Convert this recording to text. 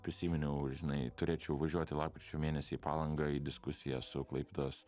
prisiminiau žinai turėčiau važiuoti lapkričio mėnesį į palangą į diskusiją su klaipėdos